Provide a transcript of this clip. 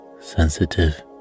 sensitive